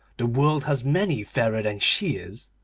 the world has many fairer than she is.